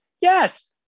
Yes